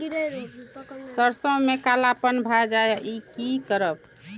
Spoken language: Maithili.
सरसों में कालापन भाय जाय इ कि करब?